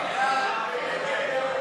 סעיף 70, שיכון,